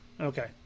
Okay